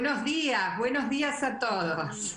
buenos dias a todos.